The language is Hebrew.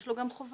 יש לו גם חובות,